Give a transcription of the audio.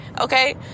Okay